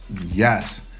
Yes